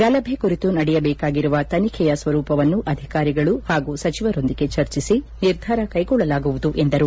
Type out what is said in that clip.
ಗಲಭೆ ಕುರಿತು ನಡೆಯಬೇಕಾಗಿರುವ ತನಿಖೆಯ ಸ್ವರೂಪವನ್ನು ಅಧಿಕಾರಿಗಳು ಮತ್ತು ಸಚಿವರೊಂದಿಗೆ ಚರ್ಚಿಸಿ ನಿರ್ಧಾರ ಕೈಗೊಳ್ಳಲಾಗುವುದು ಎಂದರು